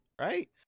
right